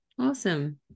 Awesome